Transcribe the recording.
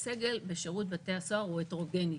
סגל בשירות בתי הסוהר הוא הטרוגני.